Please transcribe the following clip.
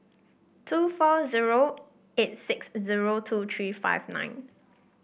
two four zero eight six zero two three five nine